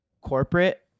corporate